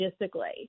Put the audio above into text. logistically